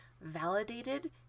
validated